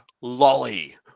lolly